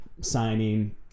signing